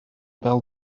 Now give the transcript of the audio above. bêl